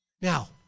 Now